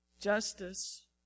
Justice